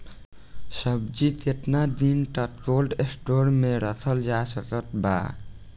सब्जी केतना दिन तक कोल्ड स्टोर मे रखल जा सकत बा?